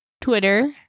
Twitter